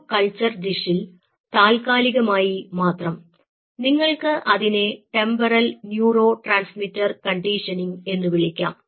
ഒരു കൾച്ചർ ഡിഷിൽ താൽക്കാലികമായി മാത്രം നിങ്ങൾക്ക് അതിനെ ടെമ്പറൽ ന്യൂറോട്രാൻസ്മിറ്റർ കണ്ടീഷനിംഗ് എന്നുവിളിക്കാം